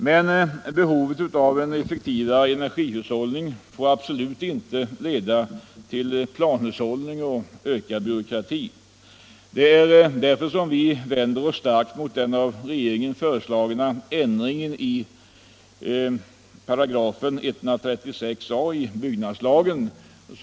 Men behovet av en effektivare energihushållning får absolut inte leda till planhushållning och ökad byråkrati. Därför vänder vi oss starkt mot den av regeringen föreslagna ändringen i 136 a § i byggnadslagen.